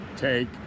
Take